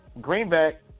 Greenback